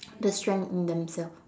the strength in themselves